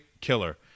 killer